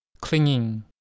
clinging